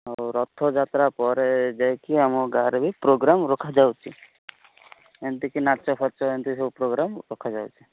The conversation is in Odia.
ରଥଯାତ୍ରା ପରେ ଯାଇକି ଆମ ଗାଁରେ ବି ପ୍ରୋଗ୍ରାମ୍ ରଖା ଯାଉଛି ଏମିତି କି ନାଚଫାଚ ଏମିତି ସବୁ ପ୍ରୋଗ୍ରାମ୍ ରଖା ଯାଉଛି